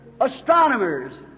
astronomers